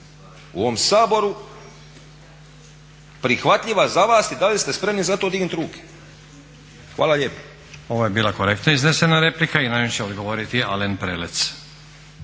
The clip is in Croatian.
u ovom Saboru prihvatljiva za vas i da li ste spremni za to dignuti ruke? Hvala lijepa. **Stazić, Nenad (SDP)** Ovo je bila korektno iznesena replika. I na nju će odgovoriti Alen Prelec.